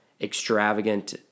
extravagant